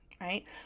right